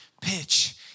pitch